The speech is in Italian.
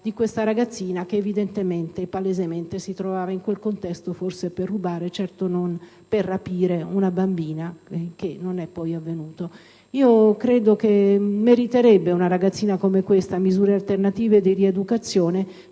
di questa ragazzina che, evidentemente e palesemente, si trovava in quel contesto forse per rubare, certo non per rapire una bambina, fatto che poi non è avvenuto. Credo che una ragazzina come questa meriterebbe misure alternative di rieducazione.